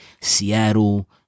Seattle